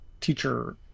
teacher